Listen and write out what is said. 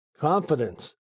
Confidence